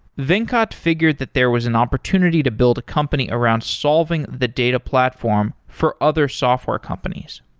venkat figured that there was an opportunity to build a company around solving the data platform for other software companies.